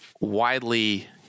widely